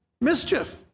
mischief